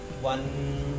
one